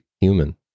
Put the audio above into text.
human